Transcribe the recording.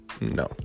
no